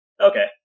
Okay